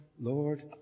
Lord